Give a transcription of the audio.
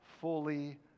fully